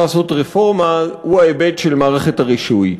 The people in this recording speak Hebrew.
לעשות רפורמה הוא ההיבט של מערכת הרישוי,